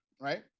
right